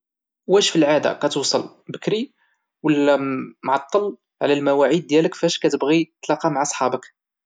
واش في العاده كاتوصل بكري ولا معطل على المواعيد ديالك فاش كاتبغي تتلاقى مع صحابك؟